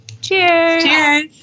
Cheers